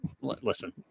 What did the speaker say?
Listen